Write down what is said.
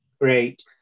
Great